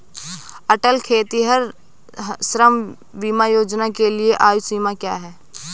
अटल खेतिहर श्रम बीमा योजना के लिए आयु सीमा क्या है?